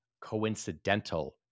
coincidental